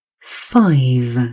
Five